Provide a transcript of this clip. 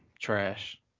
trash